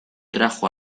trajo